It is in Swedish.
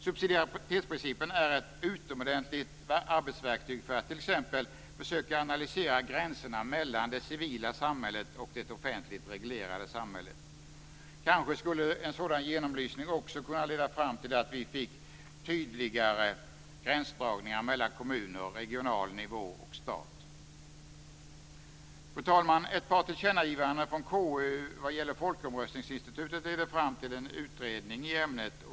Subsidiaritetsprincipen är ett utomordentligt arbetsverktyg för att t.ex. försöka analysera gränserna mellan det civila samhället och det offentligt reglerade samhället. Kanske skulle en sådan genomlysning också kunna leda fram till att vi fick tydligare gränsdragningar mellan kommuner, regional nivå och stat. Fru talman! Ett par tillkännagivanden från KU vad gäller folkomröstningsinstitutet ledde fram till en utredning i ämnet.